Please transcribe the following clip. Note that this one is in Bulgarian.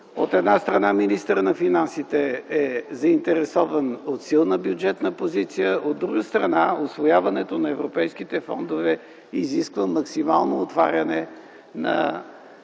От една страна, министърът на финансите е заинтересован от силна бюджетна позиция, а от друга страна, усвояването на европейските фондове изисква максимално отваряне на